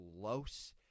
close